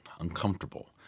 uncomfortable